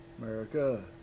America